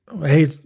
Hey